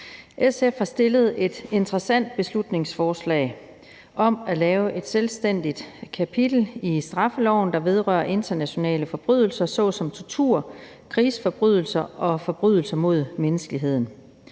SF har fremsat et interessant beslutningsforslag om at lave et selvstændigt kapitel i straffeloven, der vedrører internationale forbrydelser såsom tortur, krigsforbrydelser og forbrydelser mod menneskeheden.